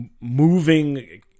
moving